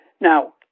Now